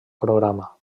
programa